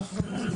תודה.